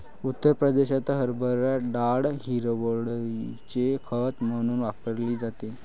उत्तर प्रदेशात हरभरा डाळ हिरवळीचे खत म्हणून वापरली जाते